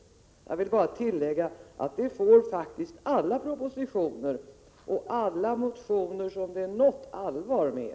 Det får faktiskt alla propositioner och alla motioner som det är något allvar med.